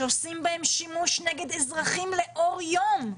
שעושים בו שימוש נגד אזרחים לאור יום.